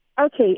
Okay